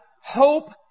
hope